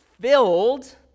filled